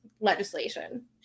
legislation